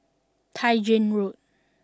Tai Gin Road